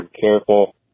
careful